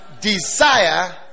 desire